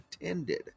attended